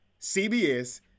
CBS